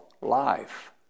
life